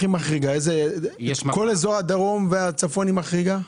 כל אזור הצפון והדרום היא מחריגה?